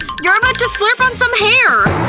you're about to slurp on some hair!